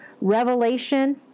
revelation